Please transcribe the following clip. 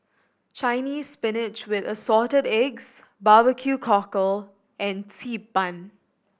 Chinese Spinach with Assorted Eggs barbecue cockle and Xi Ban